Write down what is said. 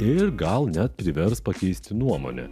ir gal net privers pakeisti nuomonę